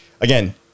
again